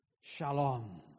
Shalom